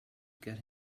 get